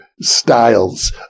styles